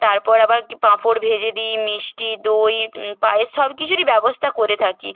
তারপর আবার কী পাঁপড় ভেজে দিই মিষ্টি দই পায়েস সব কিছুরই ব্যবস্থা করে থাকি